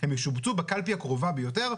הם ישובצו בקלפי הקרובה ביותר.